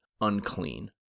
unclean